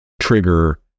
trigger